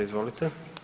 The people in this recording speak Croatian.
Izvolite.